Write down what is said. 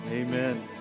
Amen